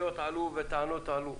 הסוגיות עלו, וטענות נטענו,